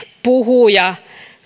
puhuja